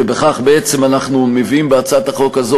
ובכך בעצם אנחנו מביאים בהצעת החוק הזו